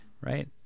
right